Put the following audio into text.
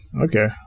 Okay